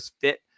fit